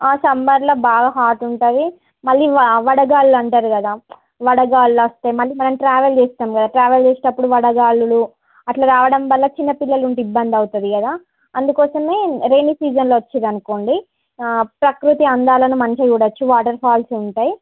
సమ్మర్లో బాగా హాట్ ఉంటుంది మళ్ళీ వడగాలులంటారు కదా వడగాల్లొస్తాయి మళ్ళీ మనం ట్రావెల్ చేస్తాం కదా ట్రావెల్ చేసేటప్పుడు వడగాలులు అట్లా రావడం వలన చిన్న పిల్లలుంటే ఇబ్బంది అవుతుంది కదా అందుకోసమే రైనీ సీజన్లో వచ్చారు అనుకోండి ప్రకృతి అందాలను మంచిగా చూడొచ్చు వాటర్ ఫాల్స్ ఉంటాయి